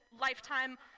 lifetime